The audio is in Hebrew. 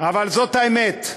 אבל זאת האמת.